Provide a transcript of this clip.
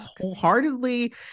wholeheartedly